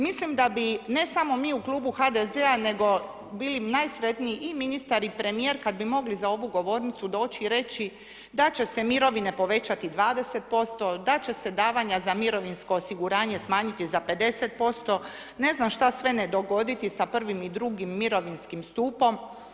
Mislim da bi, ne samo mi u klubu HDZ-a, nego bili bi najsretniji i ministar i premijer kada bi mogli za ovu govornicu doći i reći da će se mirovine povećati 20%, da će se davanja za mirovinsko osiguranje smanjiti za 50%, ne znam šta sve ne dogoditi sa prvim i drugim mirovinskim stupom.